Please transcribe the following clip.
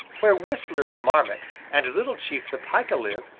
where whistler the marmot and little chief the pika live,